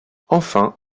enfin